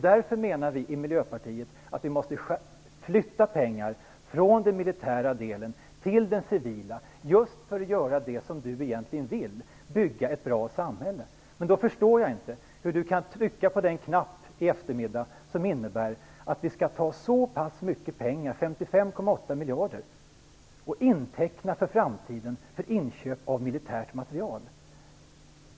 Därför menar vi i Miljöpartiet att vi måste flytta pengar från den militära delen till den civila för att gör det som Iréne Vestlund egentligen vill, nämligen bygga ett bra samhälle. Då förstår jag inte hur Iréne Vestlund i eftermiddag kan trycka på den knapp som innebär att vi skall ta 55,8 miljarder och inteckna för framtiden för inköp av militärt materiel.